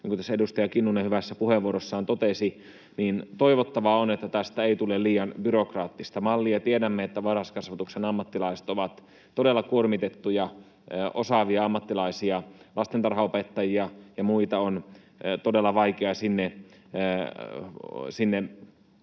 tässä edustaja Kinnunen hyvässä puheenvuorossaan totesi, niin toivottavaa on, että tästä ei tule liian byrokraattista mallia. Tiedämme, että varhaiskasvatuksen ammattilaiset ovat todella kuormitettuja, osaavia ammattilaisia, ja lastentarhanopettajia ja muita on todella vaikea sinne